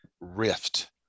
rift